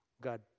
God